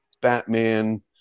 batman